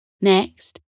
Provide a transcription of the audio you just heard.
Next